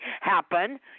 happen